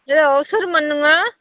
hello सोरमोन नोङो